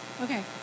Okay